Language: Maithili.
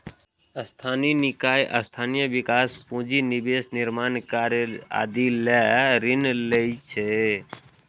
स्थानीय निकाय स्थानीय विकास, पूंजी निवेश, निर्माण कार्य आदि लए ऋण लै छै